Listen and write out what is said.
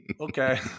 okay